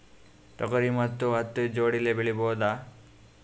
ತೊಗರಿ ಮತ್ತು ಹತ್ತಿ ಜೋಡಿಲೇ ಬೆಳೆಯಬಹುದಾ?